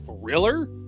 thriller